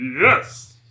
Yes